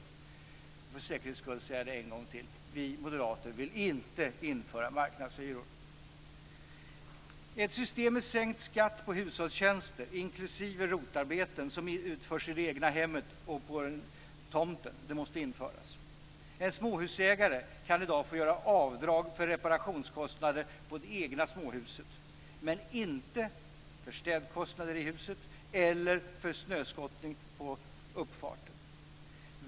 Jag vill för säkerhets skull säga det en gång till: Vi moderater vill inte införa marknadshyror! Ett system med sänkt skatt på hushållstjänster, inklusive ROT-arbeten som utförs i det egna hemmet och på tomten, måste införas. En småhusägare kan i dag få göra avdrag för reparationskostnader på det egna småhuset men inte för städkostnader i huset eller för snöskottning av uppfarten.